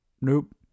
nope